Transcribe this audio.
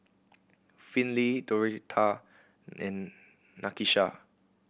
Finley Doretha and Nakisha